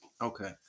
okay